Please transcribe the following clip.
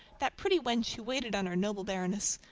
that pretty wench who waited on our noble baroness